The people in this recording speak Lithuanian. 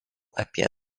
apie